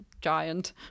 giant